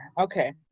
Okay